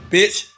Bitch